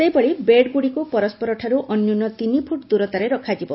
ସେହିଭଳି ବେଡ୍ଗୁଡ଼ିକୁ ପରସ୍କରଠାରୁ ଅନ୍ୟୁନ ତିନିଫୁଟ ଦୂରତାରେ ରଖାଯିବ